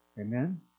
Amen